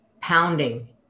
pounding